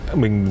mình